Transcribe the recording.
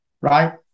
right